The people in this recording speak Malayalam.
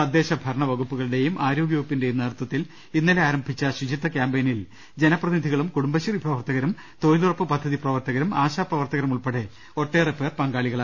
തദ്ദേശ ഭരണ വകുപ്പുകളുടെയും ആരോഗ്യ വകുപ്പിന്റെയും നേതൃത്തിൽ ഇന്നലെ ആരം ഭിച്ച ശുചിത്വ കാമ്പയിനിൽ ജനപ്രതിനിധികളും കുടും ബശ്രീ പ്രവർത്തകരും തൊഴിലുറപ്പ് പദ്ധതി പ്രവർത്ത കരും ആശാപ്രവർത്തകരുമുൾപ്പെടെ ഒട്ടേറെപേർ പങ്കാ ളികളായി